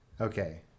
okay